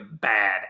bad